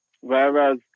Whereas